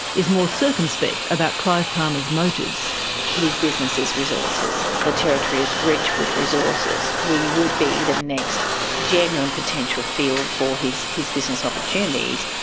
is more circumspect about clive palmer's motives. his business is resources. the territory is rich with resources. we would be the next genuine potential field for his his business opportunities,